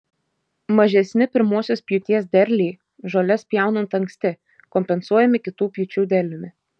mažesni pirmosios pjūties derliai žoles pjaunant anksti kompensuojami kitų pjūčių derliumi